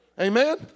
Amen